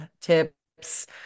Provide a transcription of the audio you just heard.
tips